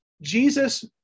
Jesus